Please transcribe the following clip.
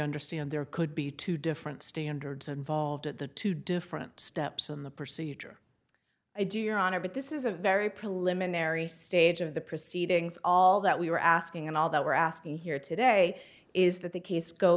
understand there could be two different standards involved at the two different steps in the procedure i do your honor but this is a very preliminary stage of the proceedings all that we were asking and all that we're asking here today is that the case go